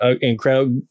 incredible